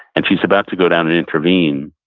and she's about to go down and intervene,